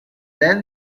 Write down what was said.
then